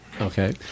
Okay